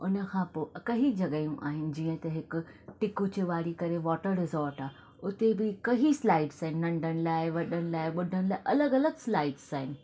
हुन खां पोइ कंहिं जॻहयूं आहिनि जीअं त हिकु टिकूजी वाड़ी वाटर रिसोर्ट आहे हुते बि कंहिं स्लाइड्स आहिनि नंढनि लाइ वॾनि लाइ बुढनि लाइ अलॻि अलॻि स्लाइड्स आहिनि